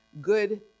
good